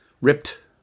ripped